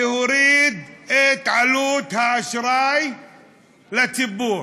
להוריד את עלות האשראי לציבור.